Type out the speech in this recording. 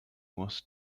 was